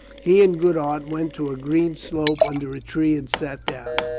he and goodhart went to a green slope under a tree and sat down.